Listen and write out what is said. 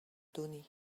donner